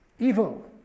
evil